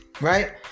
Right